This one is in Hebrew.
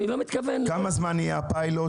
אני לא מתכוון ל --- כמה זמן יהיה הפיילוט?